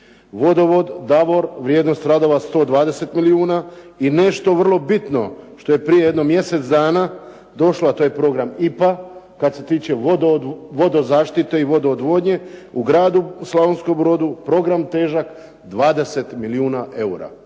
vodovod Davor vrijednost radova 120 milijuna. I nešto vrlo bitno što je prije mjesec dana došlo a to je program IPA kada se tiče vodozaštite i vodoodvodnje u gradu Slavonskom Brodu program težak 20 milijuna eura.